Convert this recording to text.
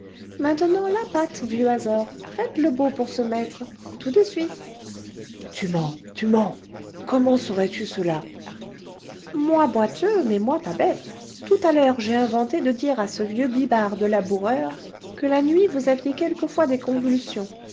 maintenant la patte vieux azor faites le beau pour ce maître tout de suite tu mens tu mens comment saurais tu cela moi boiteux mais moi pas bête tout à l'heure j'ai inventé de dire à ce vieux bibard de laboureur que la nuit vous aviez quelquefois des convulsions